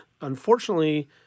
unfortunately